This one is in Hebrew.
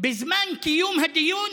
בזמן קיום הדיון